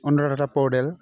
Anuradha परदेल